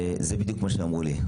זה בדיוק מה שאמרו לי.